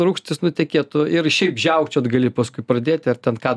rūgštys nutekėtų ir šiaip žiaukčiot gali paskui pradėti ar ten ką